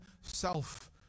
self